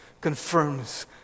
confirms